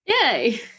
Yay